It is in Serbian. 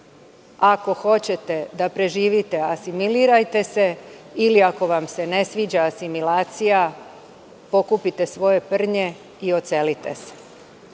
ako hoćete da preživite asimilirajte se, ili ako vam se ne sviđa asimilacija pokupite svoje prnje i odselite se. Šta